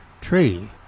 tree